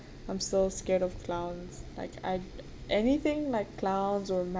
I'm so scared of clowns like I anything like clowns or